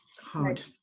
hard